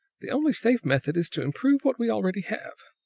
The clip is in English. the only safe method is to improve what we already have.